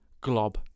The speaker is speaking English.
glob